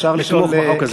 כלומר אפשר לתמוך בחוק הזה.